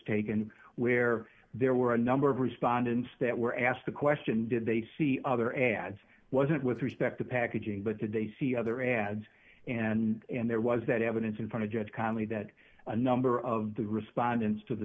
taken where there were a number of respondents that were asked the question did they see other ads wasn't with respect to packaging but today see other ads and there was that evidence in front of judge calmly that a number of the respondents to the